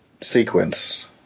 sequence